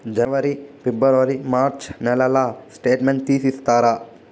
జనవరి, ఫిబ్రవరి, మార్చ్ నెలల స్టేట్మెంట్ తీసి ఇస్తారా?